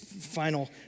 final